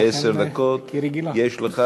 עשר דקות לרשותך.